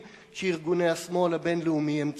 שארגוני השמאל הבין-לאומי הם צבועים.